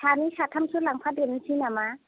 सानै साथामसो लांफादेरनोसै नामा